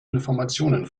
informationen